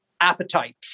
appetite